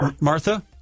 Martha